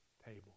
table